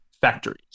factories